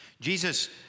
Jesus